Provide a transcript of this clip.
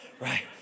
right